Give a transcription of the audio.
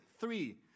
three